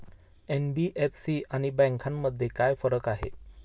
NBFC आणि बँकांमध्ये काय फरक आहे?